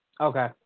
Okay